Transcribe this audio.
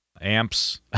amps